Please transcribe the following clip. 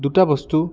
দুটা বস্তু